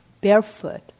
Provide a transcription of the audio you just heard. Barefoot